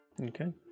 okay